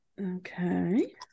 Okay